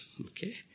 Okay